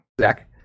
Zach